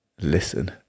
listen